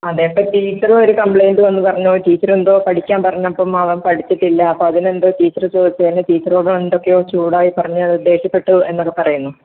അതെ ഇപ്പം ടീച്ചറും ഒരു കംപ്ലൈൻറ്റ് വന്ന് പറഞ്ഞു ടീച്ചർ എന്തോ പഠിക്കാൻ പറഞ്ഞപ്പം അവൻ പഠിക്കത്തില്ല അപ്പോൾ അതിനെന്തോ ടീച്ചർ ചോദിച്ചതിന് ടീച്ചറോടും അവൻ എന്തൊക്കെയോ ചൂടായി പറഞ്ഞ് ദേഷ്യപ്പെട്ടു എന്നൊക്കെ പറയുന്നു